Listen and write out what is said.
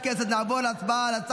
47 בעד, 29 נגד, אין נמנעים.